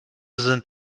sind